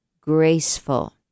graceful